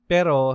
Pero